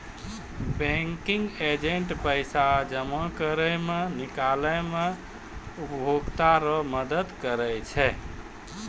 banking agent पैसा जमा करै मे, निकालै मे उपभोकता रो मदद करै छै